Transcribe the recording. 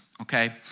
okay